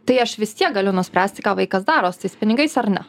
tai aš vis tiek galiu nuspręsti ką vaikas daro su tais pinigais ar ne